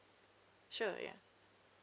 sure ya